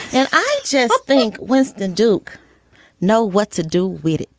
and i just think winston duke know what to do with it